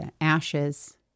ashes